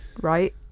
right